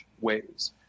ways